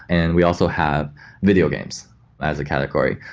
and we also have video games as a category.